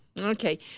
Okay